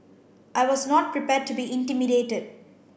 I was not prepared to be intimidated